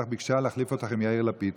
ביקשה להחליף אותך ביאיר לפיד,